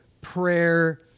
prayer